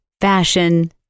fashion